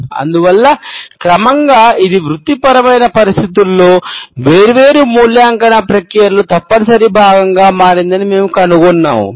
అందువల్ల క్రమంగా ఇది వృత్తిపరమైన పరిస్థితులలో వేర్వేరు మూల్యాంకన ప్రక్రియలలో తప్పనిసరి భాగంగా మారిందని మేము కనుగొన్నాము